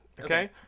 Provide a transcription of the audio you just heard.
Okay